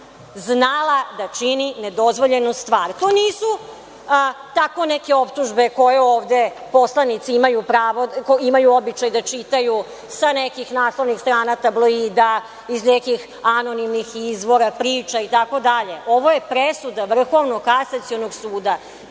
znala da čini nedozvoljenu stvar. To nisu tako neke optužbe koje ovde poslanici imaju pravo, imaju običaj da čitaju sa nekih naslovnih strana tabloida, iz nekih anonimnih izvora, priča i tako dalje. Ovo je presuda Vrhovnog kasacionog suda. Ja